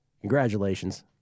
Congratulations